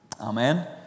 Amen